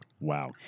Wow